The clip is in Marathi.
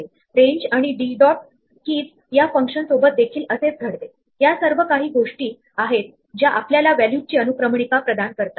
म्हणून जर आपण एक स्ट्रिंग सेटला दिली नंतर ते सेट फंक्शन निर्माण करते आणि नंतर या सेट पासून वेगवेगळे अक्षर असलेला सेट तयार करते